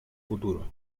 futuro